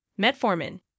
Metformin